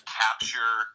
capture